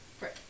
Right